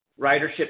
ridership